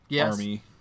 army